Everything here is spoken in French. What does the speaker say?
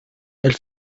elle